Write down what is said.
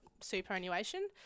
superannuation